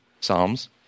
Psalms